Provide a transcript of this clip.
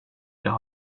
jag